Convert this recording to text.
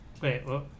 Wait